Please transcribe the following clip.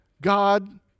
God